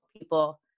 people